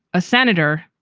a senator.